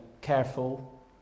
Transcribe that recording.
careful